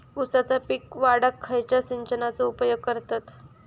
ऊसाचा पीक वाढाक खयच्या सिंचनाचो उपयोग करतत?